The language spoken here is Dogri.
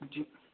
जी